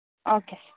okay sir